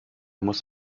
muss